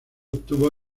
obtuvo